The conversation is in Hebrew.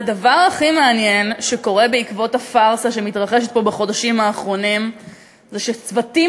הדבר הכי מעניין שקורה בעקבות הפארסה שמתרחשת בחודשים האחרונים זה שצוותים